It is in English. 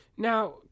Now